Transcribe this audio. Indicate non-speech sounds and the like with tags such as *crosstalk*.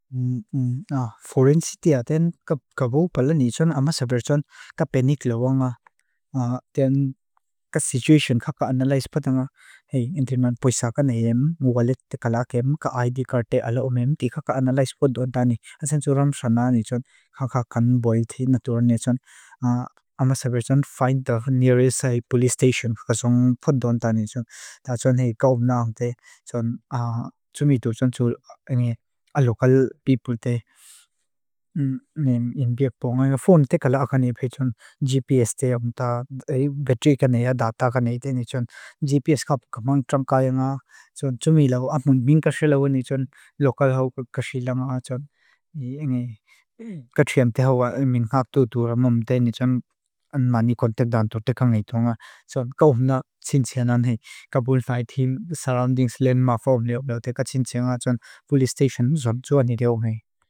*hesitation* Fórensitia ten ka bó pala ni tson amasavir tson ka peniklauanga, *hesitation* ten ka situasiyon kaka analyspada nga. Hei, entriman poisaakan haiem, ngualet te kalaakem, ka ID karte alaomem ti kaka analyspada undani. Atsan tsuram srana ni tson kaka kanboil ti naturani tson. *hesitation* Amasavir tson find the nearest police station kakasong podundani tson. Ta tson hei kauvna ante, tson *hesitation* tson tsu inge alokal people te. Inbeak po, nga inga fóren te kalaakanepe tson GPS te, amta batri kanea, data kaneite ni tson. GPS ka pukamang trang kaya nga, tson tsumilau. Apung binkashilau ni tson lokal hawk kashilama tson. Inge *hesitation* katsiyam te hawa, iming hatu tura mamte, ni tson anmani kontak daan toteka ngaito nga. Tson kauvna tsin tsyanan hei. Kaboon five Team, Surroundings Landmark Forum liop. Teka tsin tsyanga tson police station tson tsua ni liop hei.